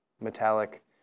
metallic